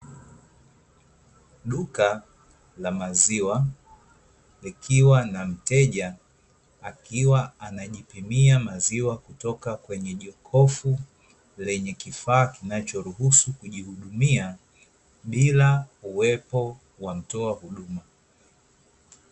Duka la maziwa likiwa na mteja akiwa anajipimia maziwa, kutoka kwenye jokofu lenye kifaa kinachoruhusu kujihudumia bila kuwepo kwa mtoa huduma.